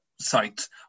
sites